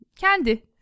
Kendi